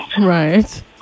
Right